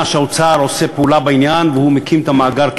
שהאוצר עושה פעולה בעניין והוא מקים את המאגר,